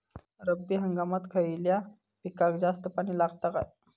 रब्बी हंगामात खयल्या पिकाक जास्त पाणी लागता काय?